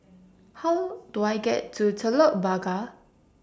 How Do I get to Telok Blangah